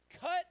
cut